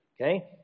Okay